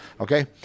okay